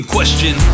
question